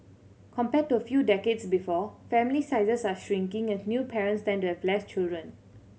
compared to a few decades before family sizes are shrinking as new parents tend to have less children